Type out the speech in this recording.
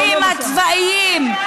אנחנו לא אופוזיציה למדינת ישראל,